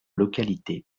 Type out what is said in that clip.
localités